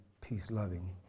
peace-loving